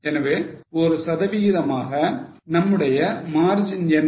எனவே ஒரு சதவிகிதமாக நம்முடைய margin என்ன